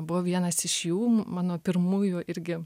buvo vienas iš jų mano pirmųjų irgi